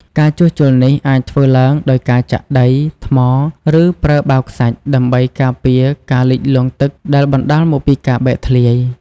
ការជួសជុលនេះអាចធ្វើឡើងដោយការចាក់ដី ថ្ម ឬប្រើបាវខ្សាច់ ដើម្បីការពារការលិចលង់ទឹកដែលបណ្ដាលមកពីការបែកធ្លាយ។